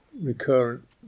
recurrent